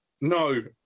No